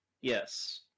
Yes